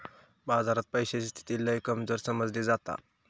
बाजारात पैशाची स्थिती लय कमजोर समजली जाता